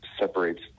separates